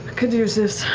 caduceus.